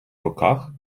руках